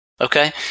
Okay